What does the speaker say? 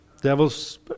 Devil's